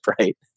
right